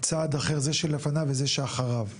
צעד אחר זה שלפניו וזה שאחריו,